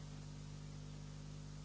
Hvala